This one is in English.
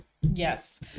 Yes